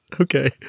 okay